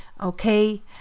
okay